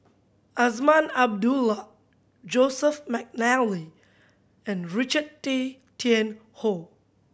Azman Abdullah Joseph McNally and Richard Tay Tian Hoe